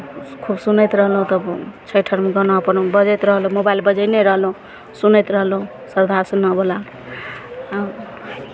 खूब सुनैत रहलहुँ तब छठि अरमे गाना अपन बजैत रहल मोबाइल बजयने रहलहुँ सुनैत रहलहुँ शारदा सिन्हावला